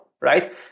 right